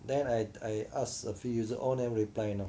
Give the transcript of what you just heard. then I I ask a few user all never reply you know